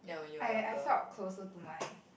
I I felt closer to my